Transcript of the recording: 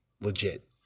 legit